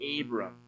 Abram